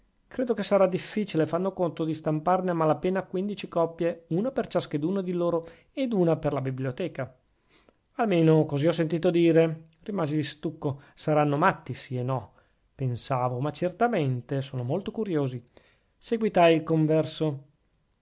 credo che sarà difficile fanno conto di stamparne a mala pena quindici copie una per ciascheduno di loro ed una per la biblioteca almeno così ho sentito dire rimasi di stucco saranno matti sì e no pensavo ma certamente sono molto curiosi seguitai il converso